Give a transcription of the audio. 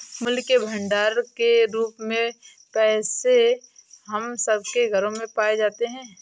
मूल्य के भंडार के रूप में पैसे हम सब के घरों में पाए जाते हैं